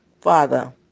father